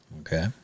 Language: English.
Okay